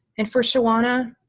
and for shawana,